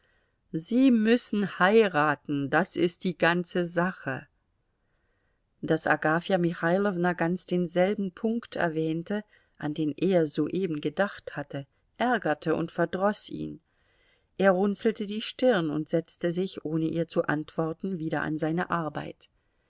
sie müssen heiraten das ist die ganze sache daß agafja michailowna ganz denselben punkt erwähnte an den er soeben gedacht hatte ärgerte und verdroß ihn er runzelte die stirn und setzte sich ohne ihr zu antworten wieder an seine arbeit